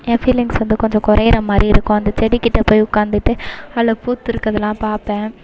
ஏ feelings வந்து கொஞ்சம் குறையுற மாதிரி இருக்கும் அந்த செடிகிட்டே போய் உட்காந்துட்டு அதில் பூத்திருக்குறதெலாம் பார்ப்பேன்